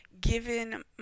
given